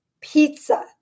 pizza